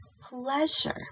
pleasure